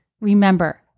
remember